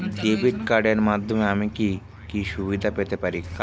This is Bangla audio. ডেবিট কার্ডের মাধ্যমে আমি কি কি সুবিধা পেতে পারি?